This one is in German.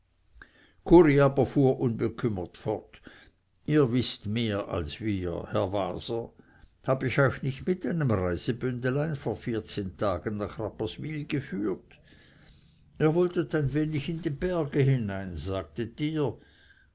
unbekümmert fort ihr wißt mehr als wir herr waser hab ich euch nicht mit einem reisebündelein vor vierzehn tagen nach rapperswyl geführt ihr wolltet ein wenig in die berge hinein sagtet ihr